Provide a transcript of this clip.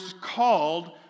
called